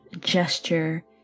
gesture